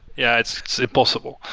yeah, it's impossible.